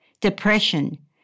depression